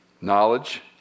knowledge